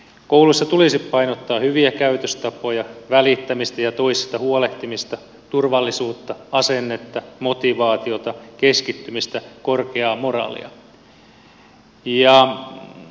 kouluissa tulisi painottaa hyviä käytöstapoja välittämistä ja toisista huolehtimista turvallisuutta asennetta motivaatiota keskittymistä korkeaa moraalia